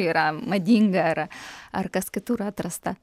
yra madinga ar ar kas kitur atrasta